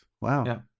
wow